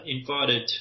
invited